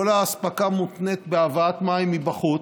כל האספקה מותנית בהבאת מים מבחוץ.